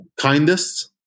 Kindest